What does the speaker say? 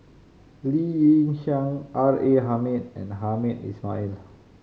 Lee Yi Shyan R A Hamid and Hamed Ismail